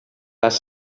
pas